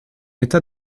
état